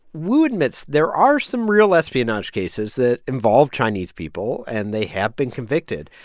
wu admits there are some real espionage cases that involve chinese people, and they have been convicted.